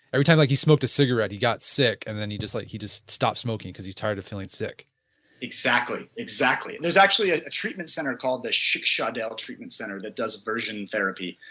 every time like he smoked a cigarette he got sick and then he just like he just stopped smoking because he was tired of feeling sick exactly, exactly. there's actually a treatment center called the schick shadel treatment center that does aversion therapy,